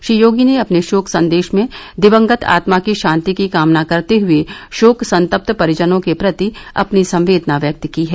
श्री योगी ने अपने शोक संदेश में दिवंगत आत्मा की शांति की कामना करते हुए शोक संतप्त परिजनों के प्रति अपनी संवेदना व्यक्त की है